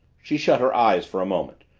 she shut her eyes for a moment,